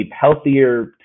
healthier